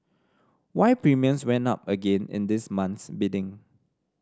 why premiums went up again in this month's bidding